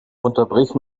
unterbrich